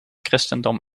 christendom